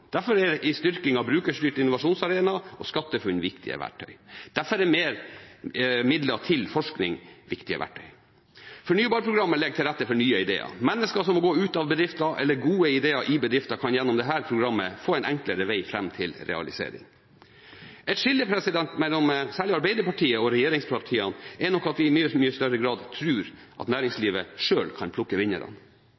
Derfor er en styrking av Brukerstyrt innovasjonsarena og SkatteFUNN viktige verktøy. Derfor er flere midler til forskning viktige verktøy. Fornybarprogrammet legger til rette for nye ideer. Mennesker som må gå ut av bedrifter, eller gode ideer i bedrifter, kan gjennom dette programmet få en enklere vei fram til realisering. Et skille mellom særlig Arbeiderpartiet og regjeringspartiene er nok at vi i mye større grad tror at næringslivet selv kan plukke vinnerne.